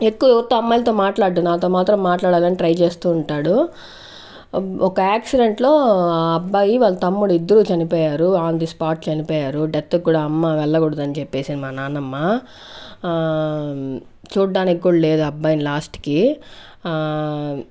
ఎక్కువ ఎవరితో అమ్మాయిలతో మాట్లాడ్డు నాతో మాత్రం మాట్లాడాలని ట్రై చేస్తూ ఉంటాడు ఒక ఆక్సిడెంట్ లో ఆ అబ్బాయి వాళ్ళ తమ్ముడు ఇద్దరు చనిపోయారు ఆన్ ది స్పాట్ చనిపోయారు డెత్ కూడా అమ్మ వెళ్ళకూడదని చెప్పేసింది మా నాన్నమ్మ చూడ్డానికి కూడా లేదు ఆ అబ్బాయిని లాస్ట్ కి